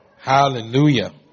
Hallelujah